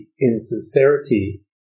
insincerity